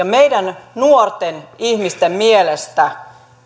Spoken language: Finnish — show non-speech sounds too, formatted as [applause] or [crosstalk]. [unintelligible] meidän nuorten ihmisten mielestä